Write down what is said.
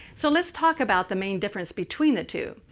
so let's talk about the main difference between the two.